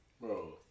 bro